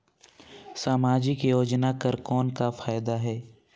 समाजिक योजना कर कौन का फायदा है?